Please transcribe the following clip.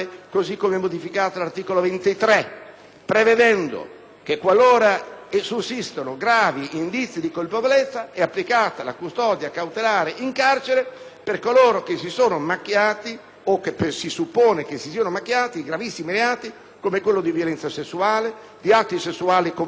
prevedendo che qualora sussistano gravi indizi di colpevolezza è applicata la custodia cautelare in carcere per coloro che si sono macchiati o che si suppone si siano macchiati di gravissimi reati, come quello di violenza sessuale, di atti sessuali con minorenni e di violenza sessuale di gruppo.